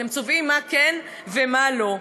אתם צובעים מה כן ומה לא.